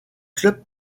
club